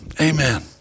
Amen